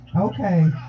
okay